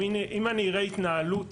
אם אני אראה התנהלות